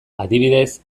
adibidez